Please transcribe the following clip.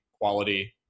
quality